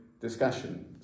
discussion